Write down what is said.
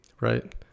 Right